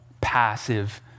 passive